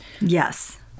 Yes